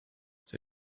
see